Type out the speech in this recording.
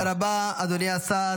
תודה רבה, אדוני השר.